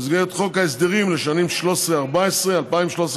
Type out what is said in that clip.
במסגרת חוק ההסדרים לשנים 2013 ו-2014,